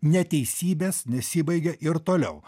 neteisybės nesibaigia ir toliau